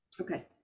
Okay